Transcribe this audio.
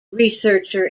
researcher